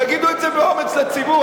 תגידו את זה באומץ לציבור,